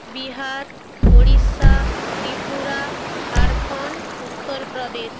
Bihar Odisha Tripura Jharkhand Uttar Pradesh